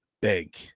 big